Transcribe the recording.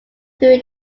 through